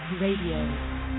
Radio